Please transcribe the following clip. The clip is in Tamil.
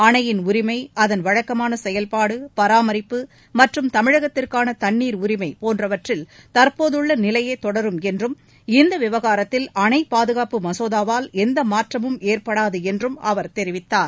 அணையின் உரிமை அதன் வழக்கமான செயல்பாடு பராமரிப்பு மற்றும் தமிழகத்திற்கான தண்ணீர் உரிமை போன்றவற்றில் தற்போதுள்ள நிலையே தொடரும் என்றும் இந்த விவகாரத்தில் அணை பாதுகாப்பு மசோதாவால் எந்த மாற்றமும் ஏற்படாது என்றும் அவர் தெரிவித்தார்